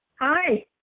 Hi